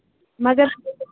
مَگر